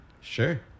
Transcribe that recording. Sure